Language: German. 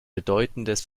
bedeutendes